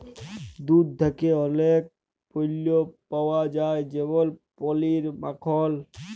দুহুদ থ্যাকে অলেক পল্য পাউয়া যায় যেমল পলির, মাখল